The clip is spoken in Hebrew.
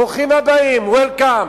ברוכים הבאים, welcome,